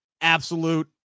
absolute